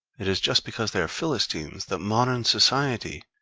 it is just because they are philistines that modern society,